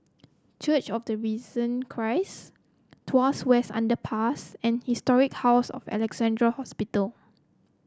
Church of the Risen Christ Tuas West Underpass and Historic House of Alexandra Hospital